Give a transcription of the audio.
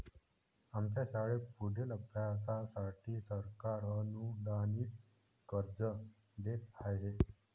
आमच्या शाळेत पुढील अभ्यासासाठी सरकार अनुदानित कर्ज देत आहे